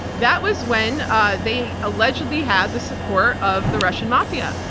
that was when they allegedly had the support of the russian mafia,